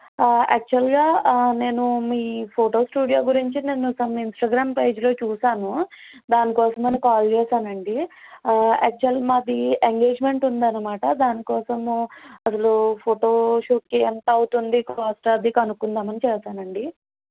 యాక్చువల్గా నేను మీ ఫోటో స్టూడియో గురించి నేను కొన్ని ఇన్స్టాగ్రామ్ పేజీలో చూసాను దానికోసం అని కాల్ చేసాను అండి యాక్చువల్ మాది ఎంగేజ్మెంట్ ఉందన్నమాట దానికోసము అసలు ఫోటోషూట్కి ఎంత అవుతుంది కాస్ట్ అది కనుక్కుందామని చేసాను అండి